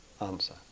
answer